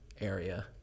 area